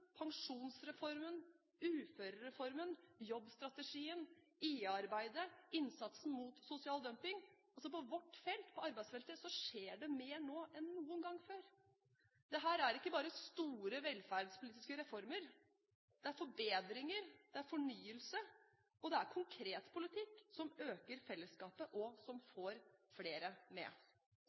pensjonsreformen, uførereformen, jobbstrategien, IA-arbeidet og innsatsen mot sosial dumping. På vårt felt – arbeidsfeltet – skjer det mer nå enn noen gang før. Dette er ikke bare store velferdspolitiske reformer. Det er forbedringer, det er fornyelse, og det er konkret politikk som øker fellesskapet, og som får flere med.